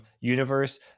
universe